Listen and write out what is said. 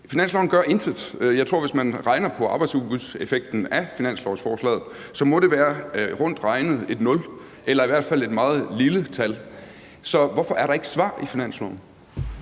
finanslov gør intet. Jeg tror, at hvis man regner på arbejdsudbudseffekten af finanslovsforslaget, må det være rundt regnet et nul eller i hvert fald et meget lille tal. Så hvorfor er der ikke svar i forslaget